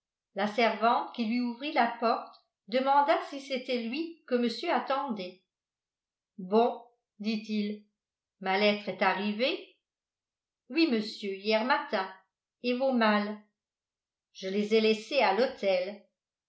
la servante qui lui ouvrit la porte demanda si c'était lui que monsieur attendait bon dit-il ma lettre est arrivée oui monsieur hier matin et vos malles je les ai laissées à l'hôtel